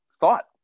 thought